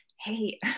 hey